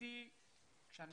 משפטי שאם